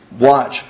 watch